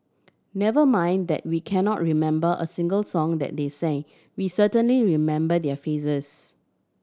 never mind that we cannot remember a single song that they sang we certainly remember their faces